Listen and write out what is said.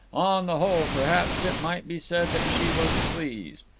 on the whole, perhaps, it might be said that she was pleased.